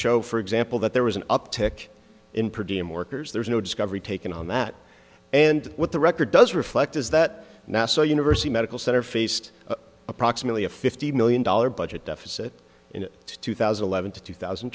show for example that there was an uptick in producing workers there's no discovery taken on that and what the record does reflect is that now so university medical center faced approximately a fifty million dollars budget deficit in two thousand and eleven to two thousand